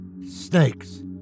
Snakes